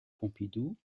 pompidou